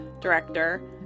director